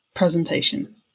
presentation